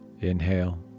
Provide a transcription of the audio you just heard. inhale